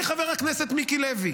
חברי חבר הכנסת מיקי לוי,